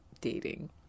dating